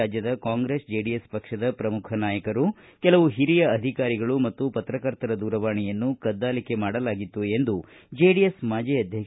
ರಾಜ್ಯದ ಕಾಂಗ್ರೆಸ್ ಜೆಡಿಎಸ್ ಪಕ್ಷದ ಪ್ರಮುಖ ನಾಯಕರು ಕೆಲವು ಹಿರಿಯ ಅಧಿಕಾರಿಗಳು ಮತ್ತು ಪತ್ರಕರ್ತರ ದೂರವಾಣಿಯನ್ನು ಕದ್ದಾಲಿಕೆ ಮಾಡಲಾಗಿತ್ತು ಎಂದು ಜೆಡಿಎಸ್ ಮಾಜಿ ಅಧ್ಯಕ್ಷ